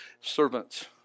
servants